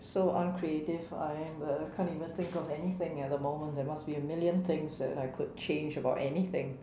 so uncreative I am that I can't even think of anything at the moment there must be a million things that I could change about anything